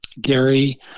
Gary